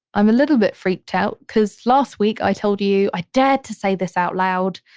i'm a little bit freaked out because last week i told you, i dared to say this out loud.